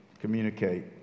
communicate